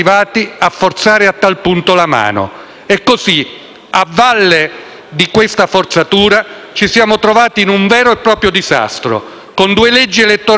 a valle di questa forzatura ci siamo trovati in un vero e proprio disastro: con due leggi elettorali scritte dalla Corte costituzionale e non dal Parlamento,